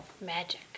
Magic